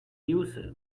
user